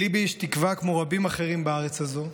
כמו רבים אחרים בארץ הזו,